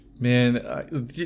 Man